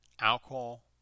alcohol